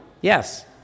yes